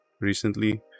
recently